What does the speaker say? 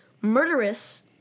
Murderous